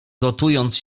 gotując